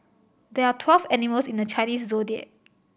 there are twelve animals in the Chinese Zodiac